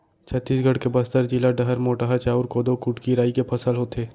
छत्तीसगढ़ के बस्तर जिला डहर मोटहा चाँउर, कोदो, कुटकी, राई के फसल होथे